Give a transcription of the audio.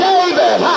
David